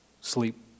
sleep